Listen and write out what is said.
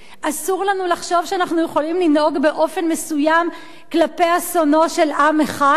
אסור לנו לחשוב שאנחנו יכולים לנהוג באופן מסוים כלפי אסונו של עם אחד,